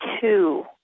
two